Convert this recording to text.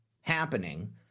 happening